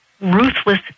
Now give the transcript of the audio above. ruthless